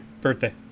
birthday